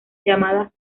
llamadas